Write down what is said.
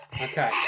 Okay